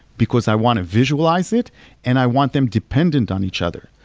because i want to visualize it and i want them dependent on each other.